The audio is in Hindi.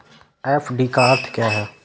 एफ.डी का अर्थ क्या है?